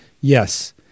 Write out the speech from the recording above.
Yes